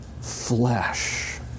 flesh